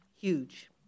huge